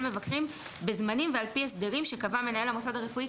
מבקרים בזמנים ועל פי הסדרים שקבע מנהל המוסד הרפואי,